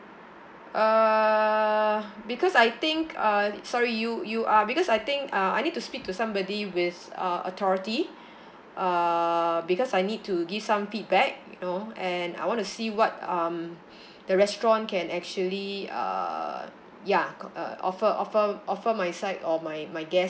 uh because I think uh sorry you you are because I think uh I need to speak to somebody with uh authority uh because I need to give some feedback you know and I want to see what um the restaurant can actually uh ya offer offer offer my side or my my guest